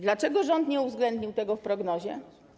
Dlaczego rząd nie uwzględnił tego w prognozie?